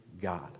God